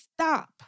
stop